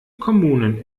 kommunen